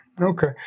Okay